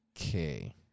Okay